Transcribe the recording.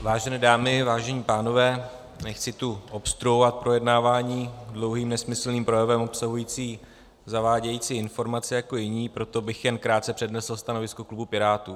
Vážené dámy, vážení pánové, nechci tu obstruovat projednávání dlouhým nesmyslným projevem obsahujícím zavádějící informace jako jiní, proto bych jen krátce přednesl stanovisko klubu Pirátů.